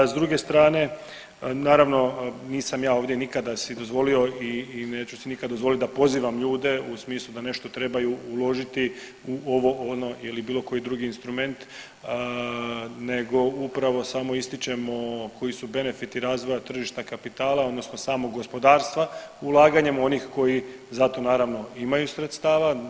S druge strane, naravno nisam ja ovdje nikada si dozvolio i neću si nikad dozvoliti da pozivam ljude u smislu da nešto trebaju uložiti u ovo, ono ili bilo koji drugi instrument nego upravo samo ističemo koji su benefiti razvoja tržišta kapitala, odnosno samog gospodarstva ulaganjem onih koji za to naravno imaju sredstava.